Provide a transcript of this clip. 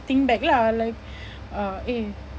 think back lah like uh eh